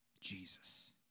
Jesus